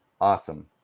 Awesome